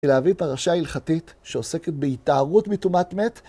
להביא פרשה הלכתית שעוסקת בהיטהרות מטומאת מת